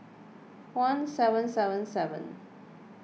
one seven seven seven